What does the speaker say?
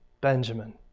Benjamin